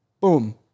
boom